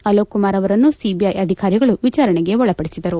ಅಲೋಕ್ ಕುಮಾರ್ ಅವರನ್ನು ಸಿಚಐ ಅಧಿಕಾರಿಗಳು ವಿಚಾರಣೆಗೆ ಒಳಪಡಿಸಿದರು